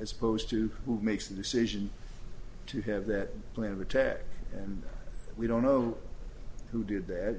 as opposed to who makes the decision to have that plan of attack and we don't know who did that